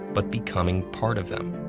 but becoming part of them.